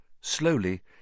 Slowly